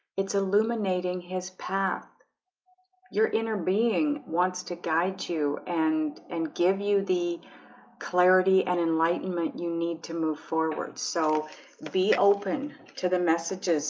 it's illuminating his path your inner being wants to guide you and and give you the clarity and enlightenment. you need to move forward so be open to the messages